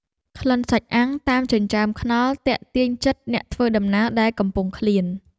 ក្លិនសាច់អាំងតាមចិញ្ចើមថ្នល់ទាក់ទាញចិត្តអ្នកធ្វើដំណើរដែលកំពុងឃ្លាន។